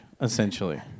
essentially